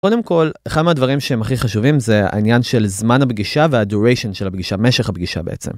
קודם כל, אחד מהדברים שהם הכי חשובים זה העניין של זמן הפגישה וה-duration של הפגישה, משך הפגישה בעצם.